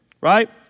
right